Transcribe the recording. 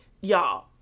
Y'all